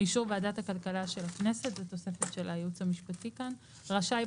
באישור ועדת הכלכלה של הכנסת זו תוספת של הייעוץ המשפטי כאן רשאי,